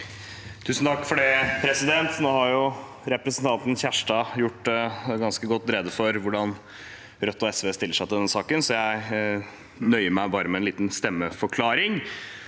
Lund (R) Nå har repre- sentanten Kjerstad gjort ganske godt rede for hvordan Rødt og SV stiller seg til denne saken, så jeg nøyer meg bare med en liten stemmeforklaring.